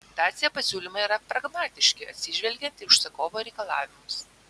dacia pasiūlymai yra pragmatiški atsižvelgiant į užsakovo reikalavimus